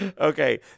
okay